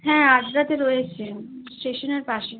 হ্যাঁ আদ্রাতে রয়েছে স্টেশনের পাশে